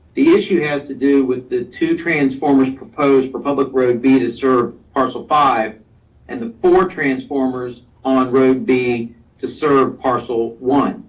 the issue has to do with the two transformers proposed for public road b to serve parcel five and the four transformers on road b to serve parcel one.